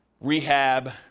rehab